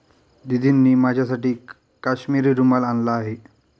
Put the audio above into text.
दीदींनी माझ्यासाठी काश्मिरी रुमाल आणला आहे